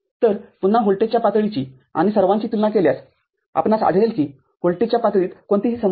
तर पुन्हा व्होल्टेजच्या पातळीचीआणि सर्वांची तुलना केल्यास आपणास आढळेल की व्होल्टेजच्या पातळीत कोणतीही समस्या नाही